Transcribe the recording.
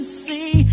see